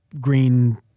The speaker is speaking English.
green